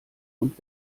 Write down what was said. und